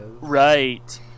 Right